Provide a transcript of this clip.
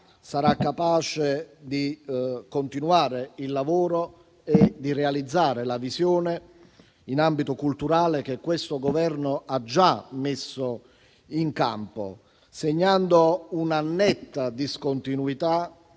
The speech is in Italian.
sarà capace di continuare il lavoro e di realizzare la visione in ambito culturale che questo Governo ha già messo in campo, segnando una netta discontinuità